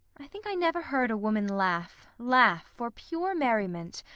i think i never heard a woman laugh, laugh for pure merriment,